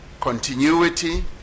continuity